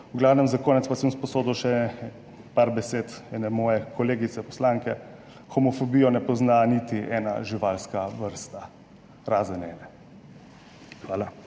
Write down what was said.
V glavnem, za konec pa si bom izposodil še par besed ene moje kolegice poslanke – homofobije ne pozna niti ena živalska vrsta, razen ene. Hvala.